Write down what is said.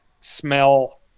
smell